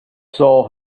soul